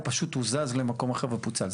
הוא פשוט הוזז למקום אחר ופוצל.